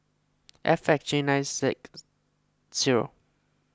F X J nine Z zero